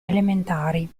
elementari